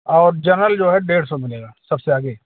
और जनरल जो है डेढ़ सौ में मिलेगा सब से आगे